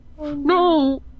no